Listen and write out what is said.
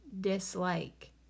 dislike